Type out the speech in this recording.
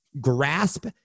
grasp